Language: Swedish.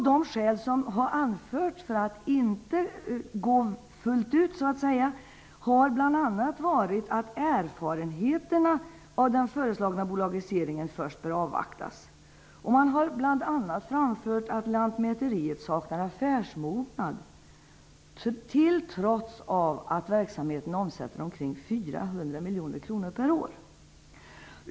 De skäl som har anförts för att inte göra detta fullt ut är bl.a. att erfarenheterna av den föreslagna bolagiseringen först bör avvaktas. Man har bl.a. framfört att lantmäteriet saknar affärsmognad, trots att verksamheten omsätter ca 400 miljoner kronor per år.